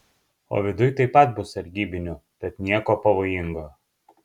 o viduj taip pat bus sargybinių tad nieko pavojingo